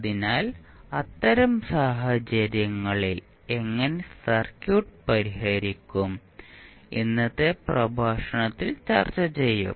അതിനാൽ അത്തരം സാഹചര്യങ്ങളിൽ എങ്ങനെ സർക്യൂട്ട് പരിഹരിക്കും ഇന്നത്തെ പ്രഭാഷണത്തിൽ ചർച്ച ചെയ്യും